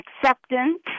acceptance